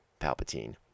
Palpatine